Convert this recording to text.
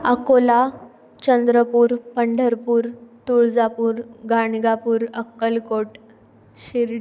Akola Chandrapur Pandharpur Tuljapur Ganagapur Akkalkot Shirdi